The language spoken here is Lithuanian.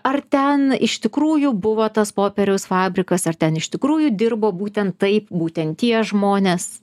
ar ten iš tikrųjų buvo tas popieriaus fabrikas ar ten iš tikrųjų dirbo būtent taip būtent tie žmonės